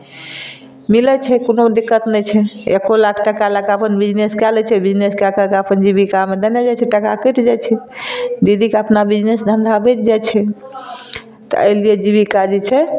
मिलैत छै कोनो दिक्कत नहि छै एको लाख टका लैके बिजनेस कए लै छै बिजनेस कै कै अपन जीबिकामे देने जाइ छै टका कटि जाइ छै दीदीके अपना बिजनेस धंधा बचि जाइ छै तऽ ओहि लिए जीबिका जे छै